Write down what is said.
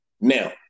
Now